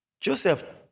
Joseph